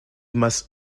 must